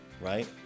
right